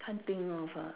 can't think of ah